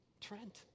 Trent